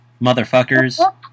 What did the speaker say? motherfuckers